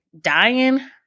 dying